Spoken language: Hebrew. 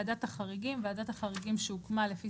"ועדת החריגים" ועדת החריגים שהוקמה לפי